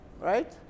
Right